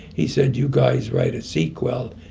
he said, you guys write a sequel.